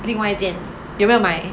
另外一间有没有买